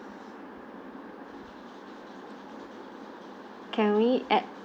can we add